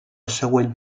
següent